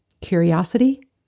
curiosity